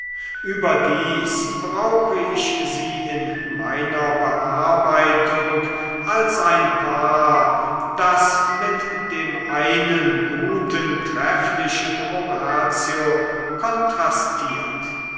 überdies brauche ich sie in meiner bearbeitung als ein paar das mit dem einen guten trefflichen horatio kontrastiert